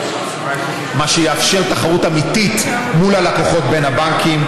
מה שיאפשר תחרות אמיתית מול הלקוחות בין הבנקים,